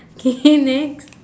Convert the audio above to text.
okay next